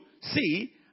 see